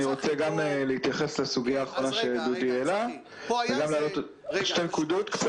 אני רוצה להתייחס לסוגיה האחרונה שדודי שוקף העלה ולעוד שתי נקודות.